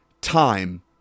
time